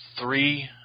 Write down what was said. three